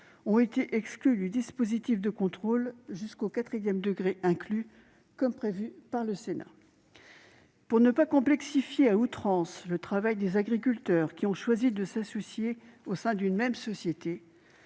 ont été exclues du dispositif de contrôle jusqu'au quatrième degré inclus, comme l'avait prévu le Sénat. Pour ne pas complexifier à outrance le travail des agriculteurs qui ont choisi de s'associer au sein d'une même société,